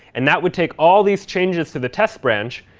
and that would take all these changes to the test branch.